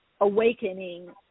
awakening